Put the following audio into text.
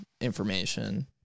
information